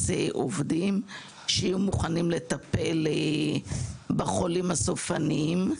עובדים שיהיו מוכנים לטפל בחולים הסופניים.